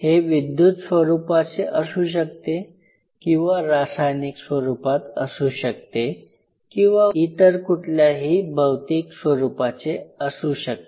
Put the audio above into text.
हे विद्युत स्वरूपाचे असू शकते किंवा रासायनिक स्वरूपात असू शकते किंवा इतर कुठल्याही भौतिक स्वरूपाचे असू शकते